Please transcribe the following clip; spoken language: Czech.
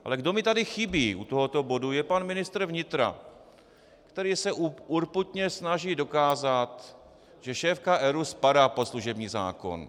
Ale kdo mi tady chybí u tohoto bodu, je pan ministr vnitra, který se urputně snaží dokázat, že šéfka ERÚ spadá pod služební zákon.